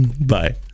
Bye